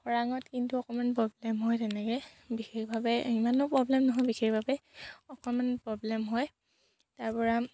খৰাঙত কিন্তু অকমান প্ৰব্লেম হয় তেনেকৈ বিশেষভাৱে ইমানো প্ৰব্লেম নহয় বিশেষভাৱে অকণমান প্ৰব্লেম হয় তাৰপৰা